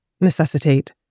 necessitate